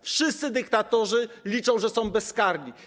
Wszyscy dyktatorzy liczą, że są bezkarni.